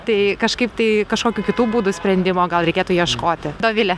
tai kažkaip tai kažkokių kitų būdų sprendimo gal reikėtų ieškoti dovilė